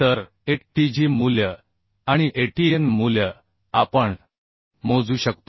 तर atg मूल्य आणि atn मूल्य आपण मोजू शकतो